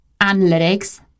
analytics